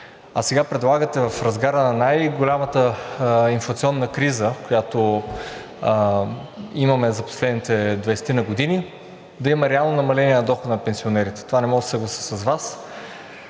А сега предлагате в разгара на най-голямата инфлационна криза, която имаме за последните 20-ина години, да има реално намаление на дохода на пенсионерите. За това не мога да се съглася с Вас.